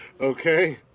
okay